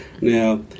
Now